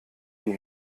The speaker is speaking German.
die